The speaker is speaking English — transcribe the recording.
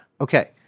okay